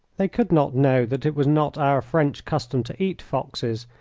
they could not know that it was not our french custom to eat foxes,